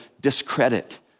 discredit